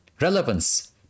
relevance